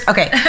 Okay